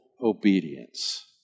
obedience